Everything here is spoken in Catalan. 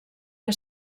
que